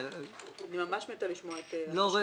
אני ממש מתה לשמוע את החשכ"ל.